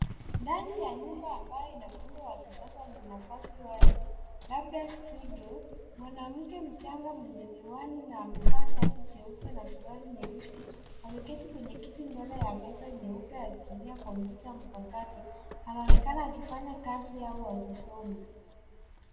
Ndani ya nyumba ambayo ina muundo wa kisasa na nafasi wazi, labda studio, mwanamke mchanga mwenye miwani na amevaa shati jeupe na suruali nyeusi, ameketi kwenye kiti mbele ya meza nyeupe akitumia kompyuta mpakato. Anaonekana akifanya kazi au akisoma.